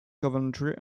coventry